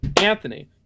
Anthony